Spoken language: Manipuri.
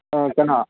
ꯀꯅꯥ